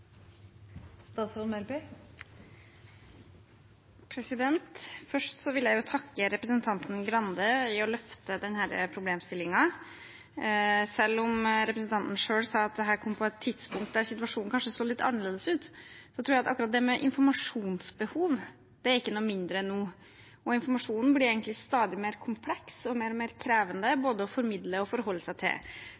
Først vil jeg takke representanten Trine Skei Grande for at hun løfter fram denne problemstillingen. Selv om, som representanten selv sa, dette kom på et tidspunkt da situasjonen kanskje så litt annerledes ut, tror jeg at informasjonsbehovet ikke er noe mindre nå. Informasjonen blir egentlig stadig mer kompleks og mer og mer krevende,